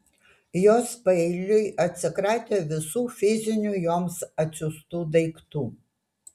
jos paeiliui atsikratė visų fizinių joms atsiųstų daiktų